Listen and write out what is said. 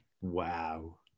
Wow